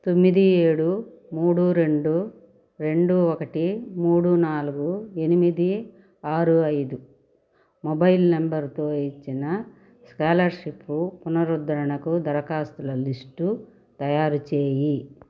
తొమ్మిది ఏడు మూడు రెండు రెండు ఒకటి మూడు నాలుగు ఎనిమిది ఆరు ఐదు మొబైల్ నంబర్తో ఇచ్చిన స్కాలర్షిప్ పునరుద్ధరణకు దరఖాస్తుల లిస్టు తయారుచేయి